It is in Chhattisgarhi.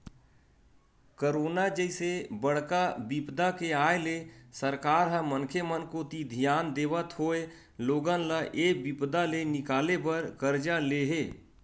करोना जइसे बड़का बिपदा के आय ले सरकार ह मनखे मन कोती धियान देवत होय लोगन ल ऐ बिपदा ले निकाले बर करजा ले हे